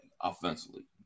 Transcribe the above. offensively